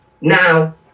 Now